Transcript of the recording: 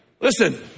Listen